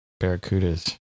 Barracudas